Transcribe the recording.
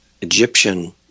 Egyptian